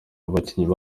abakinnyi